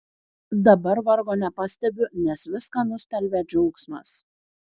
dabar vargo nepastebiu nes viską nustelbia džiaugsmas